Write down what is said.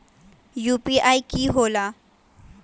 UPI कि होला?